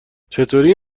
چطوری